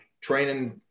training